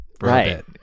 right